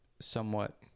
somewhat